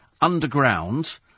underground